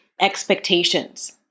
expectations